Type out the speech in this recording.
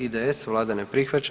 IDS, Vlada ne prihvaća.